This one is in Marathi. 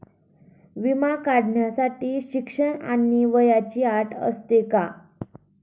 विमा काढण्यासाठी शिक्षण आणि वयाची अट असते का?